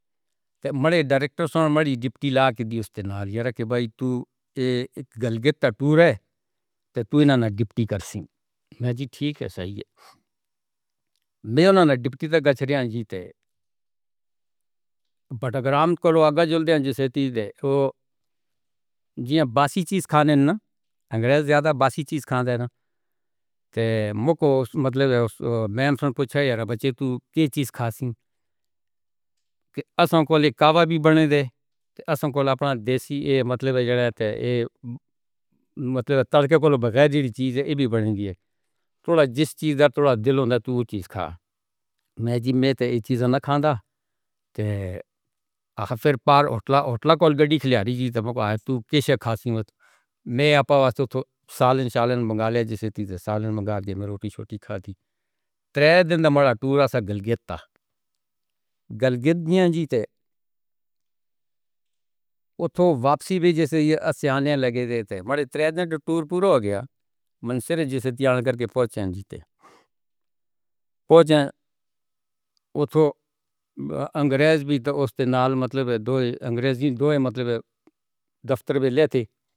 بڑے ڈائریکٹر سن مری ڈپٹی لا کے دے اُس تے ناری یار کی بھائی تو اک گلگِت ٹٹور ہے تو نہ نہ ڈپٹی کر سِنگھ میں جی ٹھیک ہے، صحیح ہے میں نہ ڈپٹی گچڑیاں جیتے۔ جی ہاں، باسی چیز کھانے ہے نہ انگریز سے زیادہ باسی چیز کھانے ہے نہ؟ تھوڑا جِیس چیز اور تھوڑا دل ہونا تو وہ چیز کھا میں جی میں تو یہ چیز نہ تو پھر پار۔ جیتے وہ تو واپسی بھی جیسے یہ لگے ہوئے تھے ہو گیا جیتے وہ تو انگریز بھی تو مطلب دو ہی انگریزی دو ہی مطلب؟ دفتر۔